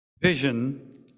vision